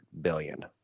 billion